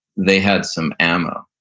they had some ammo.